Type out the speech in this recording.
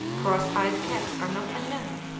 cross-eyed cats are not unknown.